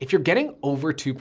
if you're getting over two,